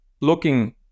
looking